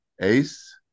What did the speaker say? Ace